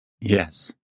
Yes